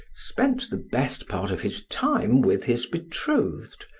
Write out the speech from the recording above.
spent the best part of his time with his betrothed,